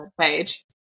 page